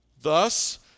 Thus